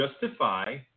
justify